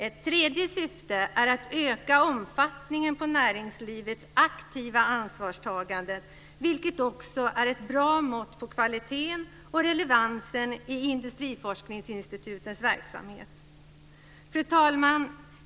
Ett tredje syfte är att öka omfattningen av näringslivets aktiva ansvarstagande, vilket också är ett bra mått på kvaliteten och relevansen i industriforskningsinstitutens verksamhet. Fru talman!